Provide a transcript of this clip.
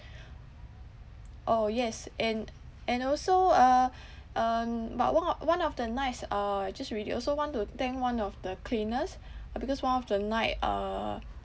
orh yes and and also uh um but one one of the nights uh I just really also want to thank one of the cleaners uh because one of the night uh